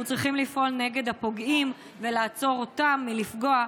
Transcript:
אנחנו צריכים לפעול נגד הפוגעים ולעצור אותם מלפגוע,